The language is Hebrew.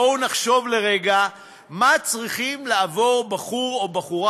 בואו נחשוב לרגע מה צריכים לעבור בחור או בחורה